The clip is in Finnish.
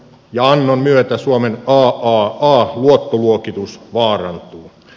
johannan myötä suomen ja luokitus vaarannu